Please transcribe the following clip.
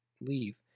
leave